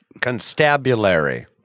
Constabulary